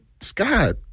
Scott